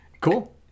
Cool